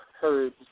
heard